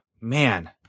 man